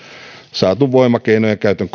saatu voimakeinojen käytön